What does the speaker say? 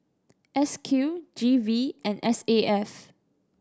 S Q G V and S A F